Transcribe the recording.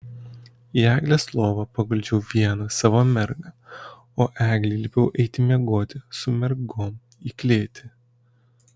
į eglės lovą paguldžiau vieną savo mergą o eglei liepiau eiti miegoti su mergom į klėtį